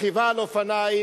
רכיבה על אופניים,